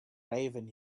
raven